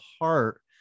heart